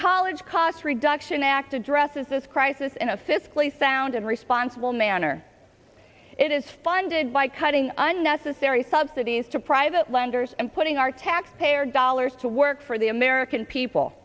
college cost reduction act addresses this crisis in a fiscally sound and responsible manner it is funded by cutting unnecessary subsidies to private lenders and putting our taxpayer dollars to work for the american people